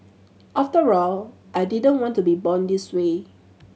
after all I didn't want to be born this way